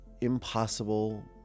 impossible